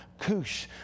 kush